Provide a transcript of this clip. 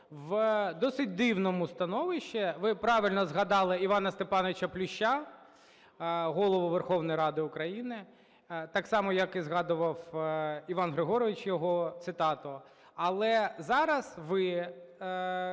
в досить дивному становищі. Ви правильно згадали Івана Степановича Плюща, Голову Верховної Ради України, так само, як згадував Іван Григорович його цитату. Але зараз ви,